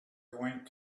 going